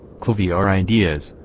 clvi our ideas,